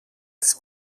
τις